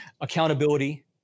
accountability